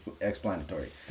explanatory